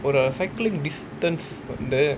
ஒரு:oru cycling distance வந்து:vanthu